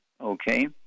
okay